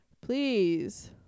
please